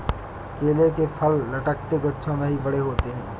केले के फल लटकते गुच्छों में ही बड़े होते है